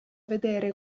vedere